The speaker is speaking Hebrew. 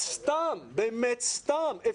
באמת סתם.